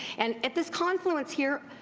and at this confluence here,